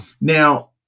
Now